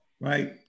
right